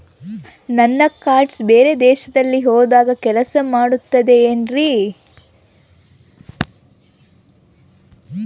ನನ್ನ ಕಾರ್ಡ್ಸ್ ಬೇರೆ ದೇಶದಲ್ಲಿ ಹೋದಾಗ ಕೆಲಸ ಮಾಡುತ್ತದೆ ಏನ್ರಿ?